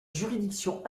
juridiction